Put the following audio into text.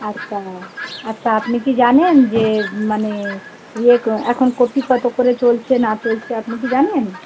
আচ্ছা আচ্ছা আপনি কি জানেন যে মানে ইয়ে এখন কপি কত করে চলছে না চলছে আপনি কি জানেন